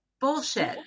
bullshit